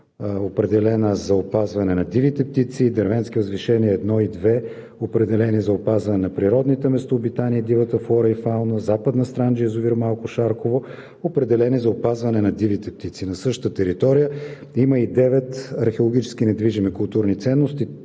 определена за опазване на дивите птици; „Дервентски възвишения 1“ и „Дервентски възвишения 2“ – определени за опазване на природните местообитания и дивата флора и фауна; „Западна Странджа“ и „Язовир Малко Шарково“ – определени за опазване на дивите птици. На същата територия има и девет археологически недвижими културни ценности